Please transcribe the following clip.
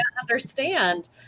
understand